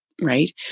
right